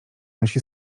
nosi